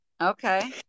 Okay